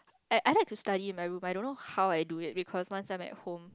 I I like to study in my room I don't know how I do it because once I'm at home